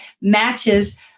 matches